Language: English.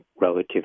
relative